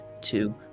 two